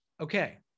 Okay